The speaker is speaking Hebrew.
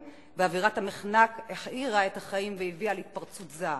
ואווירת המחנק העכירה את החיים והביאה להתפרצות זעם.